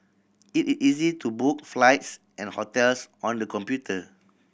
it is easy to book flights and hotels on the computer